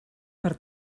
per